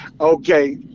Okay